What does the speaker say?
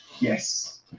Yes